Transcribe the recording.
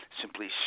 simply